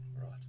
Right